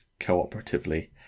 cooperatively